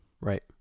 Right